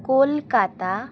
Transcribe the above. Kolkata